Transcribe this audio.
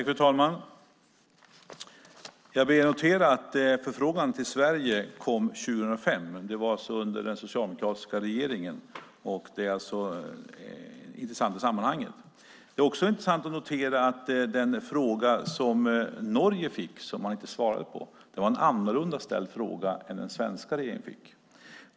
Fru talman! Jag ber er notera att förfrågan till Sverige kom 2005. Det var alltså under den socialdemokratiska regeringen, vilket är intressant i sammanhanget. Det är också intressant att notera att den fråga som Norge fick och som man inte svarade på var annorlunda ställd än den som den svenska regeringen fick.